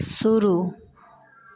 शुरू